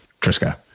Triska